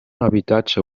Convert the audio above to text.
habitatge